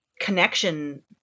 connection